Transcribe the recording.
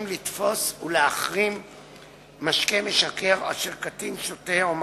לתפוס ולהחרים משקה משכר אשר קטין שותה או מחזיק,